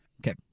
Okay